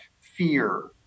fear